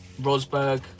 Rosberg